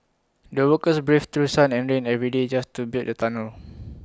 the workers braved through sun and rain every day just to build the tunnel